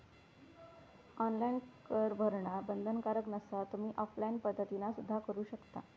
online कर भरणा बंधनकारक नसा, तुम्ही ऑफलाइन पद्धतीना सुद्धा करू शकता